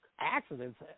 accidents